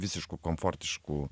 visiškų komfortiškų